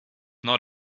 not